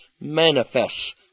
manifests